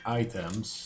items